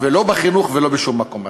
לא בחינוך ולא בשום מקום אחר.